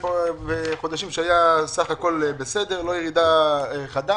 וחודשים שבסך הכול היו בסדר בלי ירידה חדה.